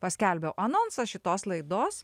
paskelbiau anonsą šitos laidos